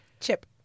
Chip